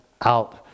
out